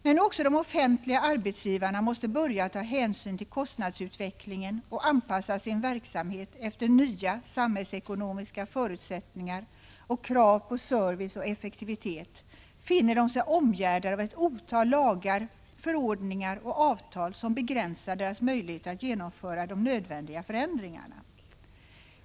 När nu också de offentliga arbetsgivarna måste börja ta hänsyn till kostnadsutvecklingen och anpassa sin verksamhet efter nya samhällsekonomiska förutsättningar och krav på service och effektivitet, finner de sig omgärdade av ett otal lagar, förordningar och avtal som begränsar deras möjligheter att genomföra de nödvändiga förändringarna.